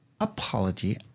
Apology